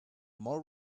more